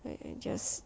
and just